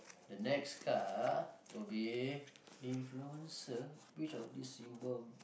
the next card would be influencer which of these symbol